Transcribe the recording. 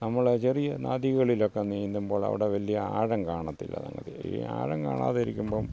നമ്മൾ ചെറിയ നദികളിലൊക്കെ നീന്തുമ്പോൾ അവിടെ വലിയ ആഴം കാണത്തില്ല സംഗതി ഈ ആഴം കാണാതെ ഇരിക്കുമ്പം